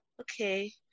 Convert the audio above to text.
okay